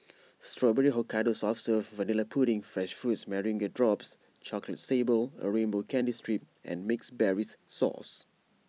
Strawberry Hokkaido soft serve Vanilla pudding fresh fruits meringue drops chocolate sable A rainbow candy strip and mixed berries sauce